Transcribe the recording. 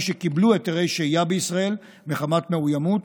שקיבלו היתרי שהייה בישראל מחמת מאוימות,